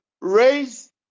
raise